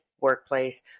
workplace